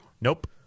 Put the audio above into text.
Nope